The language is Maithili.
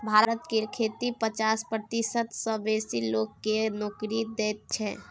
भारत के खेती पचास प्रतिशत सँ बेसी लोक केँ नोकरी दैत छै